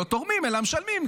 לא תורמים אלא משלמים,